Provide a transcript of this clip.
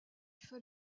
fait